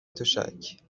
تشک